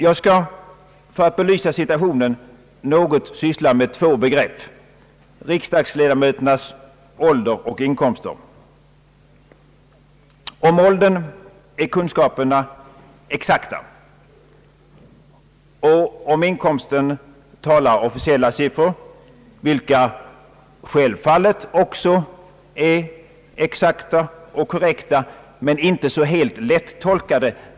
Jag skall för att belysa situationen något syssla med två begrepp — riksdagsledamöternas ålder och inkomster. Om åldern är kunskaperna exakta. Om inkomsten talar officiella siffror, vilka självfallet också är exakta och korrekta men inte helt lättolkade.